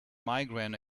migraine